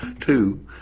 Two